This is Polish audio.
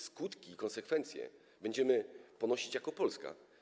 Skutki, konsekwencje będziemy ponosić jako Polska.